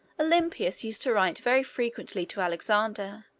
olympias used to write very frequently to alexander,